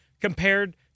compared